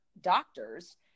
doctors